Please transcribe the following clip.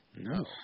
No